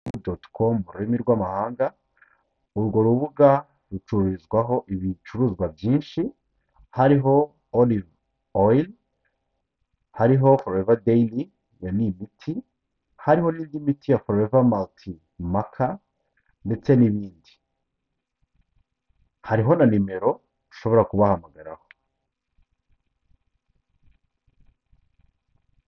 .com mu rurimi rwamahanga urwo rubuga rucururizwaho ibicuruzwa byinshi hariho hori oir, hariho flover dag ya nibt hariho n'iby' imiti ya flover malt mark ndetse n'indi ,hariho na nimero ushobora kubahamagaraho.